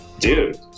Dude